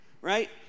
right